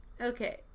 okay